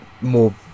more